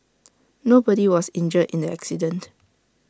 nobody was injured in the accident